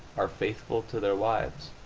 are faithful to their wives.